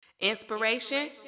Inspiration